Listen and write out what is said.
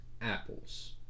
apples